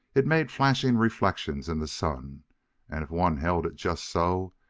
it made flashing reflections in the sun and if one held it just so,